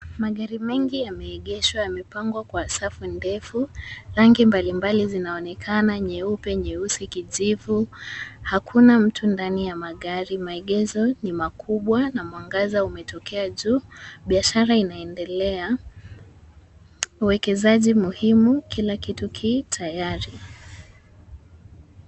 Magari mengi yameegeshwa yamepangwa kwa safu ndefu, rangi mbalimbali zinaonekana nyuepe, nyeusi, kijivu, hakuna mtu mdani ya magari. Maegesho ni makubwa na mwangaza umetokea juu. Biashara inaendelea, uekezaji muhimu kila kitu kii tayari.